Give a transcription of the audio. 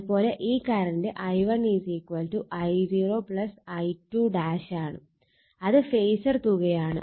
അത് പോലെ ഈ കറണ്ട് I1 I0 I2 അത് ഫേസർ തുകയാണ്